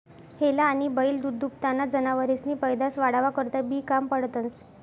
हेला आनी बैल दूधदूभताना जनावरेसनी पैदास वाढावा करता बी काम पडतंस